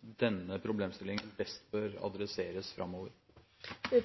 denne problemstillingen best bør adresseres framover? Jeg